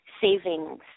savings